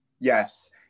Yes